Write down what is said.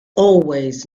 always